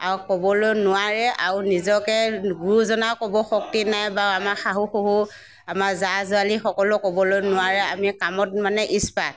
আৰু ক'বলৈ নোৱাৰে আৰু নিজকে গুৰুজনাও ক'ব শক্তি নাই বা আমাক শাহু শহুৰ আমা শাহু শহুৰ আমাৰ জা জোৱলীসকলেও ক'বলৈ নোৱাৰে আমি কামত মানে ইছপাট